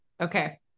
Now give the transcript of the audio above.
Okay